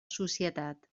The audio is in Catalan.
societat